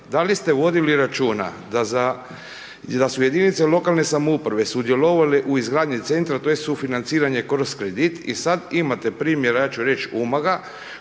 Da li ste vodili računa da su jedinice lokalne samouprave sudjelovali u izgradnji centra tj. sufinanciranje kroz kredit i sad imate primjera, ja ću reć Umaga,